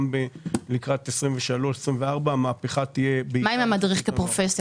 גם לקראת 2024-2023 המהפכה תהיה --- מה עם המדריך כפרופסיה?